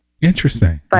interesting